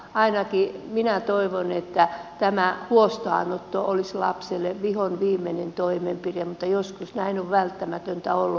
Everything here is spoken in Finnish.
ainakin minä toivon että huostaanotto olisi lapselle vihonviimeinen toimenpide mutta joskus näin on välttämätöntä ollut